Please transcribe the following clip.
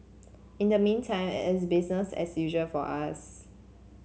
in the meantime it's busier as usual for us